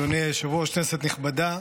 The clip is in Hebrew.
אדוני היושב-ראש, כנסת נכבדה,